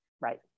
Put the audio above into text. right